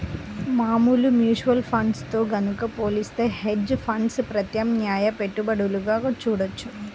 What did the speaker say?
మామూలు mutual funds తో గనక పోలిత్తే హెడ్జ్ ఫండ్స్ ప్రత్యామ్నాయ పెట్టుబడులుగా చూడొచ్చు